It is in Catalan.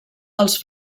els